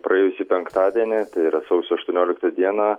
praėjusį penktadienį tai yra sausio aštuonioliktą dieną